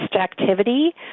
activity